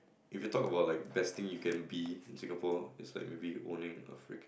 if you talk about like best thing you can be in Singapore it's like maybe owning a freaking